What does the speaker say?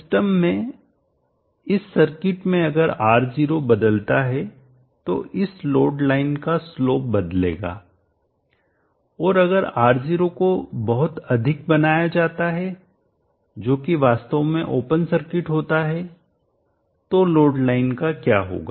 system में इस circuit में अगर R0 बदलता है तो इस लोड लाइन का स्लोप बदलेगा और अगर R0 को बहुत अधिक बनाया जाता है जो कि वास्तव में ओपन सर्किट होता है तो लोड लाइन का क्या होगा